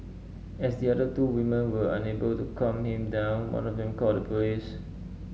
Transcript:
as the other two women were unable to calm him down one of them called the police